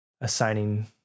assigning